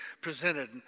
presented